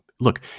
Look